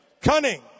cunning